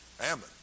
Ammon